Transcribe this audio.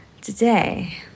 Today